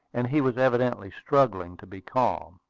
and he was evidently struggling to be calm.